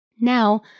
Now